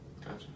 Gotcha